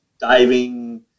diving